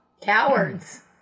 Cowards